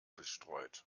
bestreut